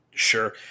sure